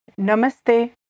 Namaste